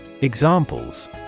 Examples